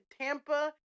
Tampa